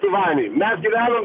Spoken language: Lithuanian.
taivaniui mes gyvenam